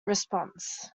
response